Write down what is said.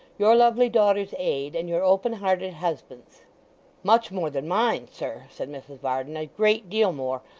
your lovely daughter's aid, and your open-hearted husband's much more than mine, sir said mrs varden a great deal more.